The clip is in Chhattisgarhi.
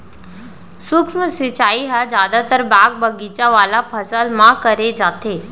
सूक्ष्म सिंचई ह जादातर बाग बगीचा वाला फसल म करे जाथे